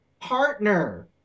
Partner